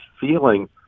feeling